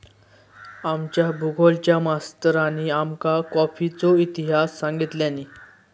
आमच्या भुगोलच्या मास्तरानी आमका कॉफीचो इतिहास सांगितल्यानी